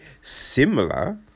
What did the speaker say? similar